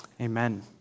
Amen